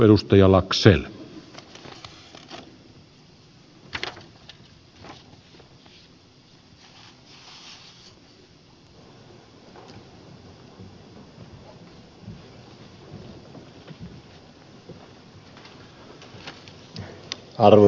arvoisa herra puhemies